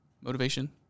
Motivation